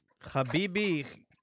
Habibi